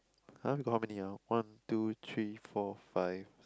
!huh! we got many ah one two three four five